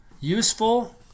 useful